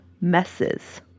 messes